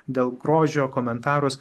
dėl grožio komentarus